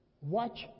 Watch